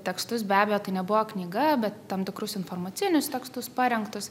tekstus be abejo tai nebuvo knyga bet tam tikrus informacinius tekstus parengtus